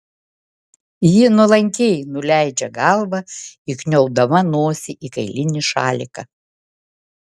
ji nuolankiai nuleidžia galvą įkniaubdama nosį į kailinį šaliką